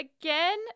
again